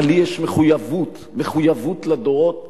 אבל לי יש מחויבות, מחויבות לדורות הבאים,